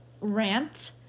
rant